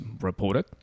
reported